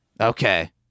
okay